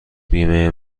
بیمه